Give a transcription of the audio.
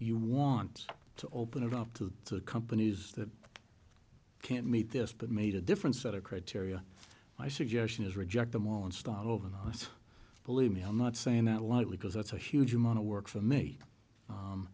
you want to open it up to the companies that can't meet this but made a different set of criteria my suggestion is reject them all and start over nice believe me i'm not saying that lightly because that's a huge amount of work for me